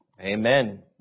Amen